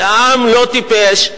כי העם לא טיפש,